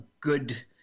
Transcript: good